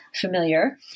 familiar